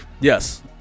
Yes